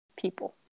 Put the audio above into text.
people